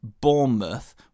Bournemouth